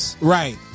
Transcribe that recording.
Right